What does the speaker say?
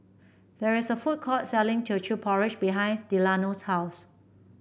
there is a food court selling Teochew Porridge behind Delano's house